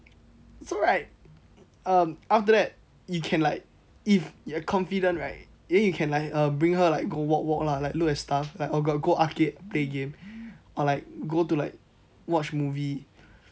um after that you can like if you are confident right then you can like err bring her like go walk walk lah look at stuff or go arcade play game or like go to like watch movie